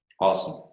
Awesome